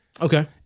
Okay